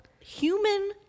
human